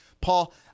Paul